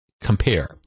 compare